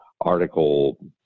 Article